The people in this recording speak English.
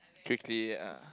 quickly ah